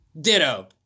Ditto